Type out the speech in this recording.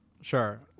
sure